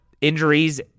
Injuries